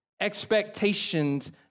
expectations